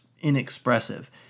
inexpressive